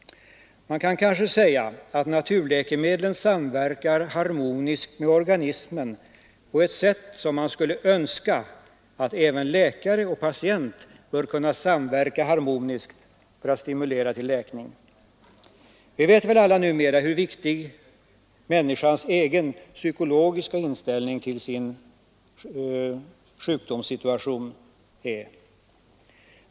Man kan kanske säga att naturläkemedlen samverkar harmoniskt med organismen på samma sätt som man skulle önska att läkare och patient kunde samverka harmoniskt för att stimulera till läkning. Vi vet väl alla numera hur viktig människans egen psykologiska inställning till sin sjukdomssituation är.